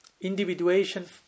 Individuation